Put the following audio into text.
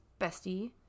bestie